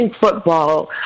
football